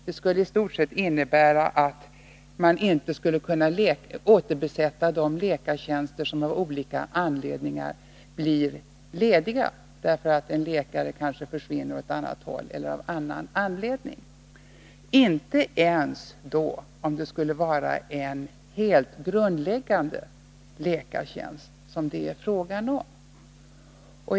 Det skulle innebära att man inte kunde återbesätta de läkartjänster som av olika anledningar blir lediga — därför att en läkare försvinner åt annat håll eller av annan anledning — inte ens om det är fråga om en helt grundläggande läkartjänst.